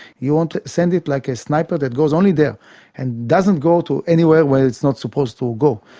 you want to send it like a sniper that goes only there and doesn't go to anywhere where it's not supposed to go,